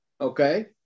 okay